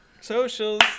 socials